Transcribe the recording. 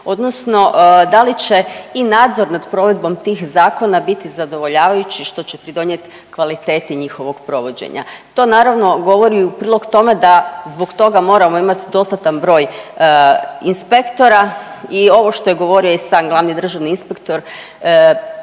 odnosno da li će i nadzor nad provedbom tih zakona biti zadovoljavajući, što će ti donijeti kvaliteti njihovog provođenja. To naravno govori u prilog tome da zbog toga moramo imati dostatan broj inspektora i ovo što je govorio i sam glavni državni inspektor,